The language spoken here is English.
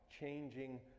changing